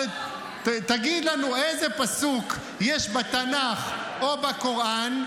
תגיד לנו איזה פסוק יש בתנ"ך או בקוראן,